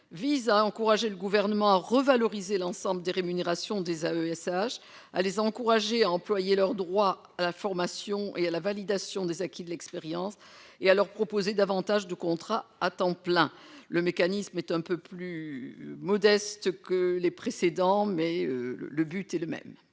vise à encourager le gouvernement à revaloriser l'ensemble des rémunérations des AESH à les encourager à employer leur droit à la formation et à la validation des acquis de l'expérience et à leur proposer davantage de contrats à temps plein, le mécanisme est un peu plus modeste que les précédents, mais le le but est le même,